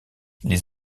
les